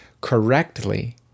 correctly